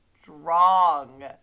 strong